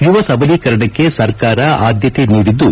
ಯುವ ಸಬಲೀಕರಣಕ್ಕೆ ಸರ್ಕಾರ ಆದ್ಯತೆ ನೀಡಿದ್ದು